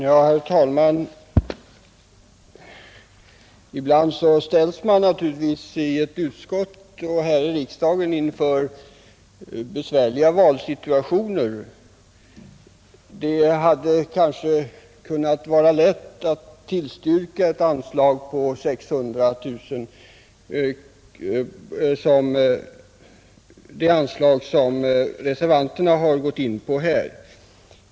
Herr talman! Ibland ställs man i ett utskott och här i kammaren inför besvärliga valsituationer. Det hade kanske varit lätt att tillstyrka det förslag om ett anslag på 600 000 kronor som reservanterna har biträtt.